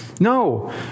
No